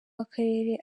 w’akarere